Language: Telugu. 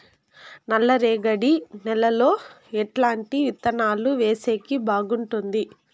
నల్లరేగడి నేలలో ఎట్లాంటి విత్తనాలు వేసేకి బాగుంటుంది?